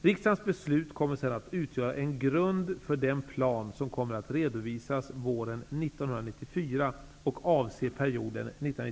Riksdagens beslut kommer sedan att utgöra en grund för den plan som kommer att redovisas våren 1994 och avse perioden